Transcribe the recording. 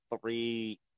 three